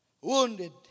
Wounded